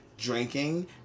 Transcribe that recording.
drinking